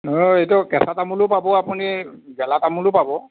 নহয় এইটো কেঁচা তামোলো পাব আপুনি গেলা তামোলো পাব